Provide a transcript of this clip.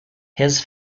his